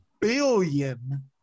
billion